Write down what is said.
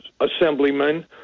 Assemblyman